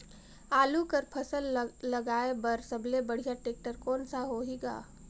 आलू कर फसल ल लगाय बर सबले बढ़िया टेक्टर कोन सा होही ग?